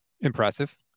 impressive